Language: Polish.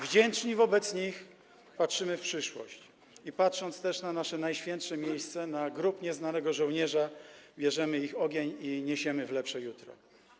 Wdzięczni wobec nich patrzymy w przyszłość i patrząc też na nasze najświętsze miejsce, na Grób Nieznanego Żołnierza, bierzemy ich ogień i niesiemy w lepsze jutro.